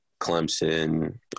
Clemson